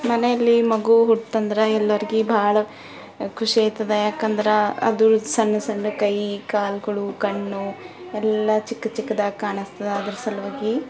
ಮನೆಯಲ್ಲಿ ಮಗು ಹುಟ್ತಂದ್ರೆ ಎಲ್ಲರಿಗೆ ಭಾಳ ಖುಷಿ ಆಯ್ತದ ಯಾಕೆಂದ್ರೆ ಅದ್ರದ್ದು ಸಣ್ಣ ಸಣ್ಣ ಕೈ ಕಾಲುಗಳು ಕಣ್ಣು ಎಲ್ಲ ಚಿಕ್ಕ ಚಿಕ್ಕದಾಗಿ ಕಾಣಿಸ್ತದ ಅದರ ಸಲುವಾಗಿ